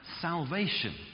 salvation